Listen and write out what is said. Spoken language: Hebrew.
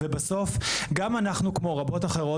בסוף גם אנחנו כמו רבות אחרות,